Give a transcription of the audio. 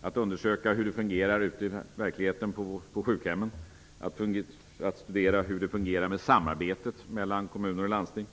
Man skall undersöka hur det fungerar ute i verkligheten på sjukhemmen, studera hur samarbetet mellan kommuner och landsting